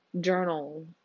journal